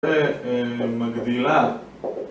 זה מגדילה